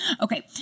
Okay